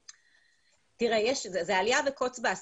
זה אליה וקוץ בה,